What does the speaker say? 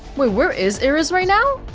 where where is iris right now?